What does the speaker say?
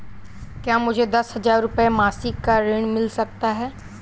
क्या मुझे दस हजार रुपये मासिक का ऋण मिल सकता है?